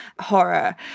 horror